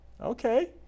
okay